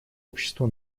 общества